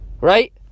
Right